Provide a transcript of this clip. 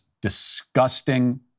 disgusting